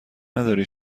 نداری